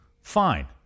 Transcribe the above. Fine